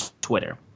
Twitter